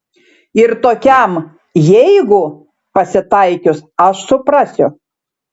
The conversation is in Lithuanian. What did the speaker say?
ir tokiam jeigu pasitaikius aš suprasiu